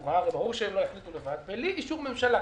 והתחבורה וברור שהם לא יחליטו לבד ובלי אישור ממשלה,